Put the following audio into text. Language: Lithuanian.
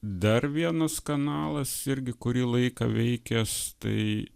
dar vienas kanalas irgi kurį laiką veikęs tai